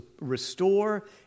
restore